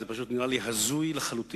זה פשוט נראה לי הזוי לחלוטין.